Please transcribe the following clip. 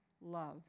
love